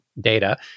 data